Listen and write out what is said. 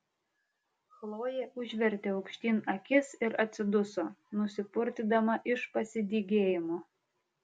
chlojė užvertė aukštyn akis ir atsiduso nusipurtydama iš pasidygėjimo